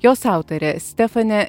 jos autorė stefane